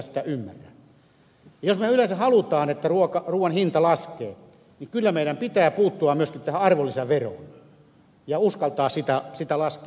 jos me yleensä haluamme että ruuan hinta laskee niin kyllä meidän pitää puuttua myöskin tähän arvonlisäveroon ja uskaltaa sitä laskea